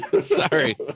Sorry